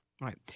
Right